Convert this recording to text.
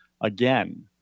Again